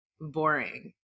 boring